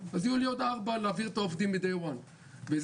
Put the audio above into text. אז יהיו לו עוד 4 להעביר את העובדים מאותו הרגע,